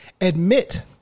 Admit